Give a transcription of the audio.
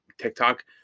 tiktok